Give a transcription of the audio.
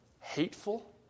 hateful